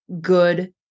good